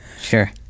Sure